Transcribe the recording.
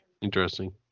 Interesting